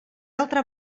altra